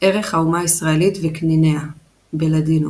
ערך האומה הישראלית וקניניה – בלאדינו